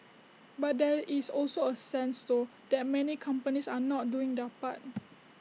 but there is also A sense though that many companies are not doing their part